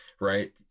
right